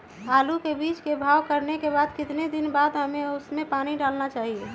आलू के बीज के भाव करने के बाद कितने दिन बाद हमें उसने पानी डाला चाहिए?